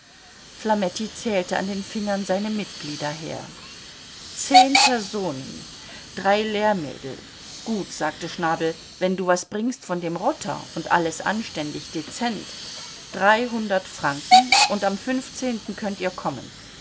flametti zählte an den fingern seine mitglieder her zehn personen drei lehrmädel gut sagte schnabel wenn du was bringst von dem rotter und alles anständig dezent dreihundert franken und am fünfzehnten könnt ihr kommen